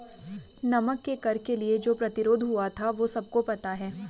नमक के कर के लिए जो प्रतिरोध हुआ था वो सबको पता है